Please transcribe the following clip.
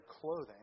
clothing